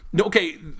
Okay